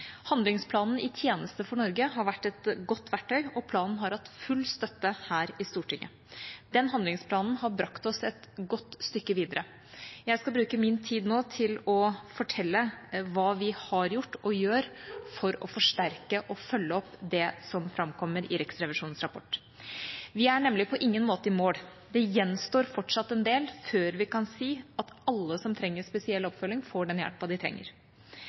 Handlingsplanen «I tjeneste for Norge» har vært et godt verktøy, og planen har hatt full støtte her i Stortinget. Denne handlingsplanen har brakt oss et godt stykke videre. Jeg skal bruke min tid nå til å fortelle hva vi har gjort, og gjør, for å forsterke og følge opp det som framkommer i Riksrevisjonens rapport. Vi er nemlig på ingen måte i mål. Det gjenstår fortsatt en del før vi kan si at alle som trenger spesiell oppfølging, får den hjelpen de trenger.